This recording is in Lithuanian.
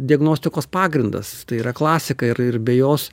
diagnostikos pagrindas tai yra klasika ir ir be jos